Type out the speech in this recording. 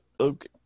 Okay